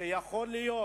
אם יכול להיות